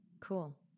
Cool